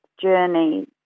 journey